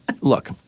look